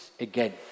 again